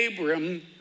Abram